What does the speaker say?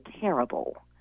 terrible